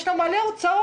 יש להם מלא הוצאות.